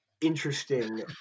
interesting